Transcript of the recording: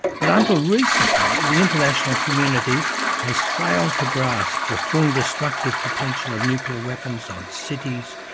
but, until recently, the international community has failed to grasp the full destructive potential of nuclear weapons on cities,